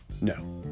no